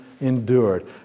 endured